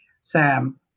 Sam